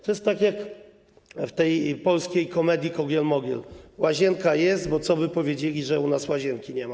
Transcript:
To jest tak jak w polskiej komedii „Kogel-mogel”: łazienka jest, bo co by powiedzieli, że u nas łazienki nie ma?